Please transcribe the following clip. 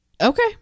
Okay